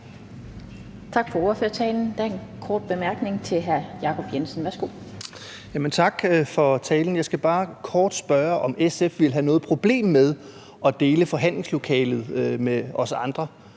Tak for ordførertalen. Der er en kort bemærkning til hr. Jacob Jensen. Værsgo. Kl. 17:52 Jacob Jensen (V): Tak for talen. Jeg skal bare kort spørge, om SF ville have noget problem med at dele forhandlingslokalet med os andre.